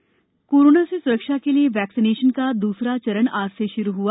टीकाकरण कोरोना से स्रक्षा के लिए वैक्सीनेशन का दूसरा चरण आज से शुरू हुआ